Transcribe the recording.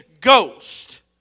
Ghost